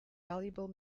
valuable